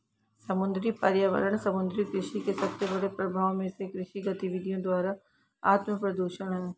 समुद्री पर्यावरण समुद्री कृषि के सबसे बड़े प्रभावों में से कृषि गतिविधियों द्वारा आत्मप्रदूषण है